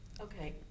okay